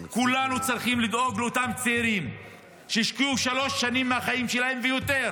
כולנו צריכים לדאוג לאותם צעירים שהשקיעו שלוש שנים מהחיים שלהם ויותר.